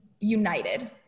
united